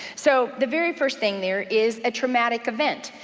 so, the very first thing there is a traumatic event,